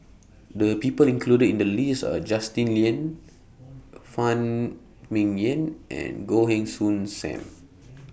The People included in The list Are Justin Lean Phan Ming Yen and Goh Heng Soon SAM